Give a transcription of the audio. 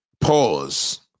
Pause